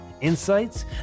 insights